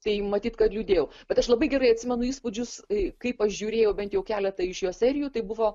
tai matyt kad liūdėjau bet aš labai gerai atsimenu įspūdžius kaip aš žiūrėjau bent jau keletą iš jos serijų tai buvo